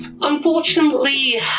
Unfortunately